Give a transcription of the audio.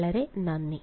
വളരെ നന്ദി